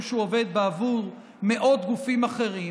שהוא עובד בעבור מאות גופים אחרים,